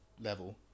level